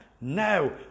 No